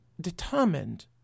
determined